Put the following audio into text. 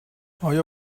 آیا